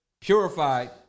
purified